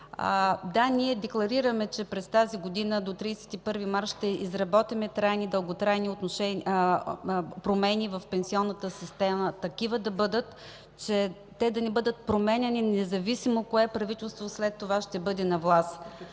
Да, ние декларираме, че през тази година, до 31 март ще изработим дълготрайни промени в пенсионната система – такива, че да не бъдат променяни, независимо кое правителство след това ще бъде на власт.